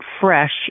fresh